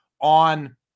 on